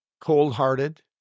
cold-hearted